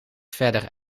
verder